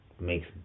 makes